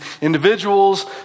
individuals